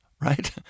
right